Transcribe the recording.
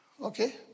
Okay